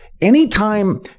anytime